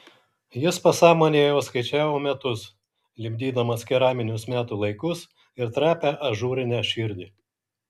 jis pasąmonėje jau skaičiavo metus lipdydamas keraminius metų laikus ir trapią ažūrinę širdį